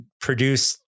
produced